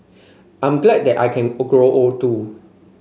I'm glad that I can grow old too